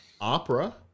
Opera